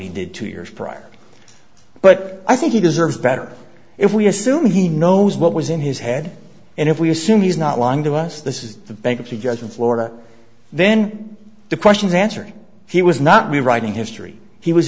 he did two years prior but i think he deserves better if we assume he knows what was in his head and if we assume he's not lying to us this is the bankruptcy judge in florida then the questions answering he was not me writing history he was